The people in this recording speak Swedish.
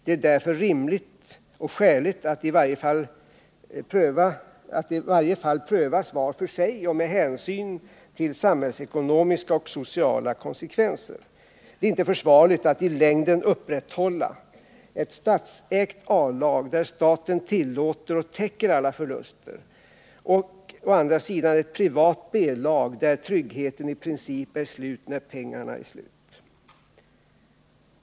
Det är därför rimligt och skäligt att varje fall prövas för sig med hänsyn till samhällsekonomiska och sociala konsekvenser. Det är inte försvarligt att i längden upprätthålla å ena sidan ett statsägt A-lag, där staten tillåter och täcker alla förluster, och å andra sidan ett privat B-lag, där tryggheten i princip är slut när pengarna är slut.